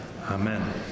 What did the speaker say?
amen